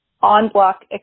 on-block